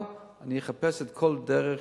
אבל אני אחפש כל דרך.